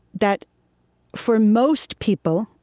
that for most people,